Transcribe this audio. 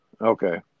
Okay